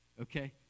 Okay